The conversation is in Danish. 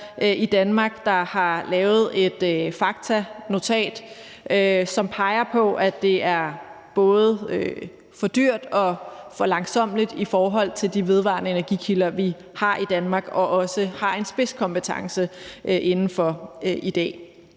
i Danmark, der har lavet et faktanotat, som peger på, at det både er for dyrt og for langsommeligt i forhold til de vedvarende energikilder, vi har i Danmark, og som vi i dag også har en spidskompetence inden for.